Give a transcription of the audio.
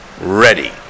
ready